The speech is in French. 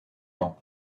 bon